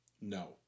no